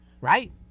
Right